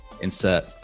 insert